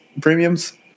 premiums